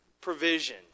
provision